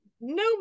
no